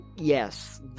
Yes